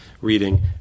Reading